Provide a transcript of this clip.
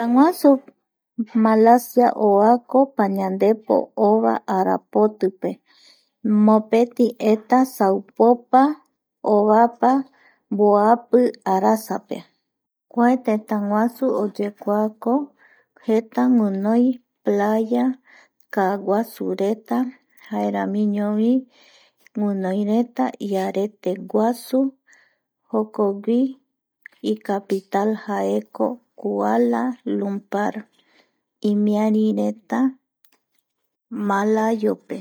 Tëtäguasu Malacia oako pañandepo ova arapotipe mopeti eta saupopa ova mboapi arasape kua tëtäguasu oyekuako jeta guinoi playa kaaguasureta jaeramiñovi guinoireta iarete guasu jokogui icapital jaeko kuala Lumpar imiari reta Malayope